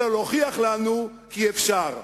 אלא להוכיח לנו כי אפשר.